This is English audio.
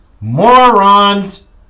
Morons